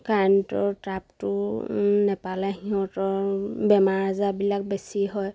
কাৰেণ্টৰ ট্ৰাপটো নাপালে সিহঁতৰ বেমাৰ আজাৰবিলাক বেছি হয়